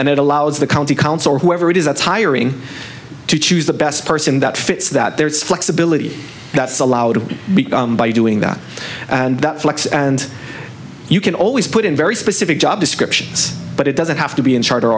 and it allows the county council or whoever it is that's hiring to choose the best person that fits that there is flexibility that's allowed by doing that and that flex and you can always put in very specific job descriptions but it doesn't have to be in charge or